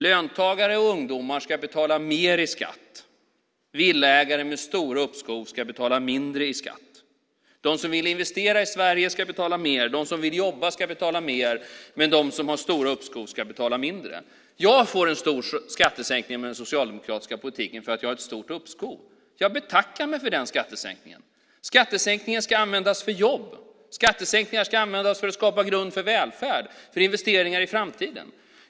Löntagare och ungdomar ska betala mer i skatt. Villaägare med stora uppskov ska betala mindre i skatt. De som vill investera i Sverige ska betala mer, de som vill jobba ska betala mer och de som har stora uppskov ska betala mindre. Jag får en stor skattesänkning med den socialdemokratiska politiken för att jag har ett stort uppskov. Jag betackar mig för den skattesänkningen. Skattesänkningen ska användas för jobb. Skattesänkningar ska användas för att skapa grund för välfärd och för investeringar i framtiden.